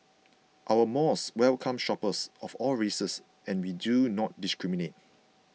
our malls welcome shoppers of all races and we do not discriminate